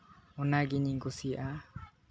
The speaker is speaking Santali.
ᱚᱱᱟᱜᱮ ᱤᱧᱤᱧ ᱠᱩᱥᱤᱭᱟᱜᱼᱟ